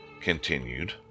continued